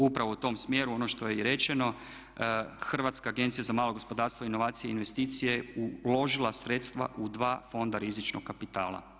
Upravo u tom smjeru ono što je i rečeno, Hrvatska agencija za malo gospodarstvo, inovacije i investicije je uložila sredstva u dva fonda rizičnog kapitala.